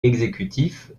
exécutif